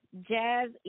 Jazz